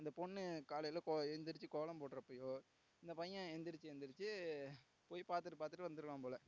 அந்த பொண்ணு காலையில எந்திரிச்சு கோலம் போடறப்பையோ அந்த பையன் எந்திரிச்சி எந்திரிச்சி போய் பார்த்துட்டு பார்த்துட்டு வந்துருவான் போல்